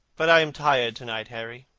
but i am tired to-night, harry.